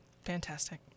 Fantastic